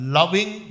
loving